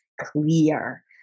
clear